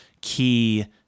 key